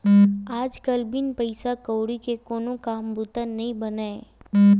आज कल बिन पइसा कउड़ी के कोनो काम बूता नइ बनय